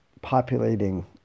populating